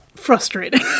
frustrating